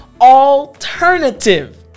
alternative